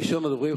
ראשון הדוברים,